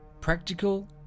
practical